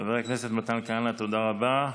חבר הכנסת מתן כהנא, תודה רבה.